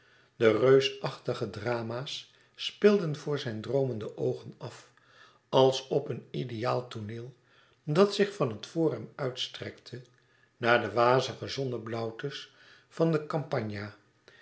de reusachtige drama's speelden voor zijne droomende oogen af als op een ideaal tooneel dat zich van het forum uitstrekte naar de wazige zonneblauwtes van de campagna